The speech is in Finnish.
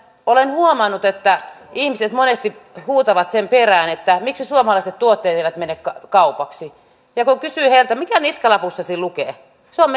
olen huomannut että ihmiset monesti huutavat sen perään miksi suomalaiset tuotteet eivät mene kaupaksi kun kysyy heiltä mitä niskalapussasi lukee se on